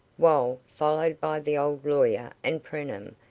while, followed by the old lawyer and preenham,